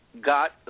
got